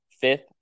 fifth